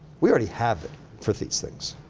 we already have it for these things.